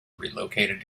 relocated